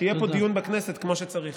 שיהיה פה דיון בכנסת כמו שצריך.